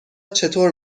چطور